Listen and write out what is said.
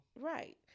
Right